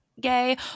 gay